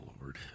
Lord